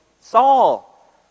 Saul